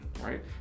right